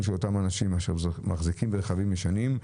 של אותם אנשים אשר מחזיקים ברכבים ישנים,